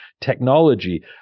technology